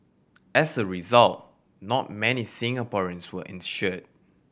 as a result not many Singaporeans were insured